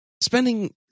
Spending